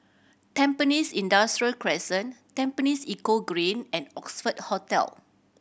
Tampines Industrial Crescent Tampines Eco Green and Oxford Hotel